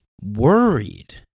worried